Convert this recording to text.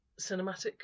cinematic